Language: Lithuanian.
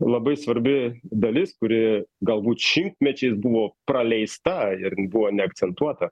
labai svarbi dalis kuri galbūt šimtmečiais buvo praleista ir buvo neakcentuota